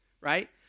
right